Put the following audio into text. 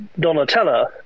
donatella